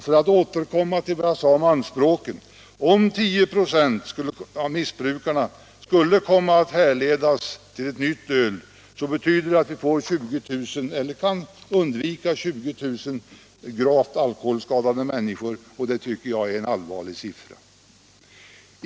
För att återkomma till vad jag sade förut: Om 10 96 av missbruket skulle komma att härledas till ett nytt öl, så betyder det att vi kan undvika att få 20000 gravt alkoholskadade människor utan det ölet, och det tycker jag är en siffra som talar allvar.